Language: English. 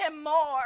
more